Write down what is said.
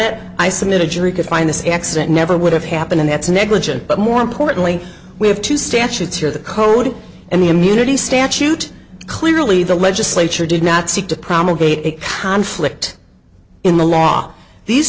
it i submit a jury could find this accident never would have happened and that's negligent but more importantly we have to stand to tear the code and the immunity statute clearly the legislature did not seek to promulgating a conflict in the law these